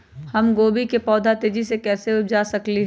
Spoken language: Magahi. हम गोभी के पौधा तेजी से कैसे उपजा सकली ह?